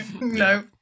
No